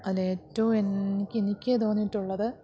അതിൽ ഏറ്റവും എനിക്ക് തോന്നിയിട്ടുള്ളത്